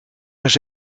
eens